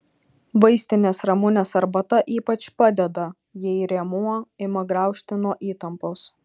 vaistinės ramunės arbata ypač padeda jei rėmuo ima graužti nuo įtampos